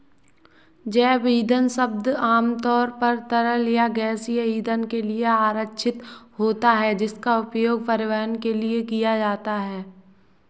जैव ईंधन शब्द आमतौर पर तरल या गैसीय ईंधन के लिए आरक्षित होता है, जिसका उपयोग परिवहन के लिए किया जाता है